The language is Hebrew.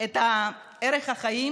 את ערך החיים